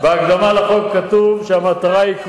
בהקדמה לחוק כתוב שהמטרה היא,